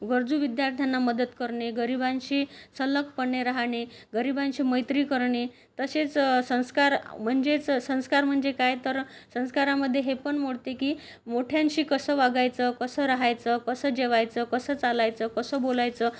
गरजू विद्यार्थ्यांना मदत करणे गरिबांशी सल्लक पणे राहणे गरिबांशी मैत्री करणे तसेच संस्कार म्हणजेच संस्कार म्हणजे काय तर संस्कारामध्ये हे पण मोडते की मोठ्यांशी कसं वागायचं कसं रहायचं कसं जेवायचं कसं चालायचं कसं बोलायचं